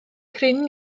cryn